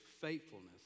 faithfulness